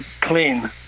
clean